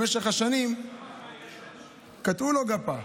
במשך השנים קטעו לו גפה,